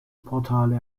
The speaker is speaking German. portale